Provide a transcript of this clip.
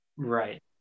Right